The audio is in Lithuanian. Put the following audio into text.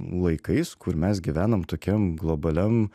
laikais kur mes gyvenam tokiam globaliam